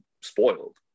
spoiled